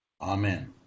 Amen